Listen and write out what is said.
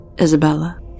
Isabella